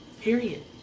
Period